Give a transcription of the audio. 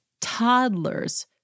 toddlers